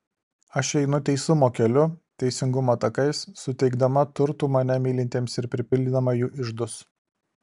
aš einu teisumo keliu teisingumo takais suteikdama turtų mane mylintiems ir pripildydama jų iždus